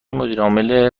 مدیرعامل